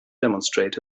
demonstrate